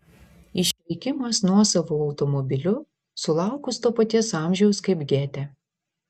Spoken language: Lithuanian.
išvykimas nuosavu automobiliu sulaukus to paties amžiaus kaip gėtė